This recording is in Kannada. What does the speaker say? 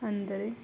ಅಂದರೆ